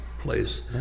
place